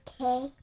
Okay